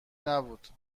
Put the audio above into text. نبود